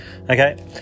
Okay